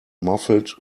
muffled